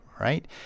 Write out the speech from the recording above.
right